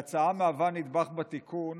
ההצעה מהווה נדבך בתיקון